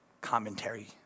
commentary